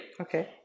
Okay